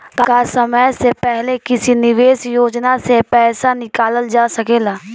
का समय से पहले किसी निवेश योजना से र्पइसा निकालल जा सकेला?